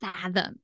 fathom